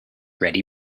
ready